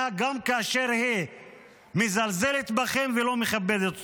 גם כאשר היא מזלזלת בכם ולא מכבדת אתכם.